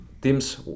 teams